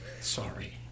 Sorry